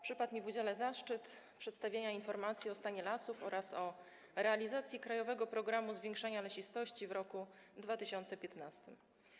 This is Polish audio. Przypadł mi w udziale zaszczyt przedstawienia informacji o stanie lasów oraz o realizacji „Krajowego programu zwiększania lesistości” w roku 2015.